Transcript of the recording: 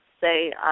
say